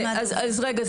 רגע,